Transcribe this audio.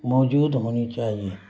موجود ہونی چاہیے